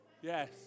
Yes